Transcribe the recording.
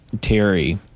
terry